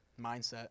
Mindset